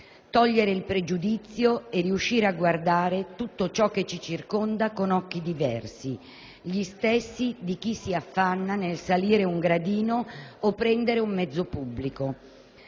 togliere il pregiudizio e riuscire a guardare tutto ciò che ci circonda con occhi diversi, gli stessi di chi si affanna nel salire un gradino o prendere un mezzo pubblico.